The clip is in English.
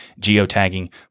geotagging